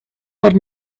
for